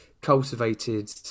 cultivated